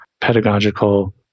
pedagogical